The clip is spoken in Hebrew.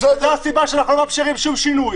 זו הסיבה שאנחנו לא מאפשרים שום שינוי.